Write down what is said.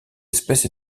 espèce